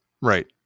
right